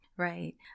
Right